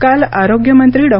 काल आरोग्यमंत्री डॉ